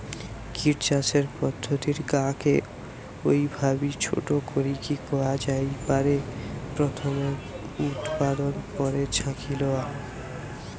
kit চাষের পদ্ধতির গা কে অউভাবি ছোট করিকি কয়া জাই পারে, প্রথমে উতপাদন, পরে ছাকি লয়া